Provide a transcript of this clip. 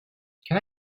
can